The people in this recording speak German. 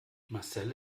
marcel